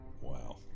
Wow